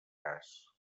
cas